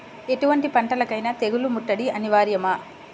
ఎటువంటి పంటలకైన తెగులు ముట్టడి అనివార్యమా?